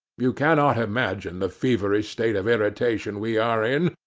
you cannot imagine the feverish state of irritation we are in,